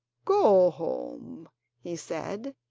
go home he said,